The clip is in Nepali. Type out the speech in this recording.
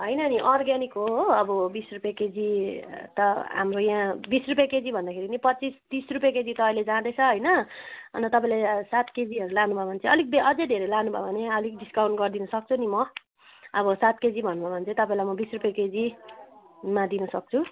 होइन नि अर्ग्यानिक हो हो अब बिस रुपियाँ केजी त हाम्रो यहाँ बिस रुपियाँ केजी भन्दाखेरि नि पच्चिस तिस रुपियाँ केजी त अहिले जाँदैछ होइन अन्त तपाईँले सात केजीहरू लानुभयो भने चाहिँ अलिकति अझै धेरै लानु भयो भने अलिक डिस्काउन्ट गरिदिनु सक्छु नि म अब सात केजी भन्नुभयो भने चाहिँ तपाईँलाई म बिस रुपियाँ केजीमा दिनु सक्छु